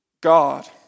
God